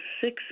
six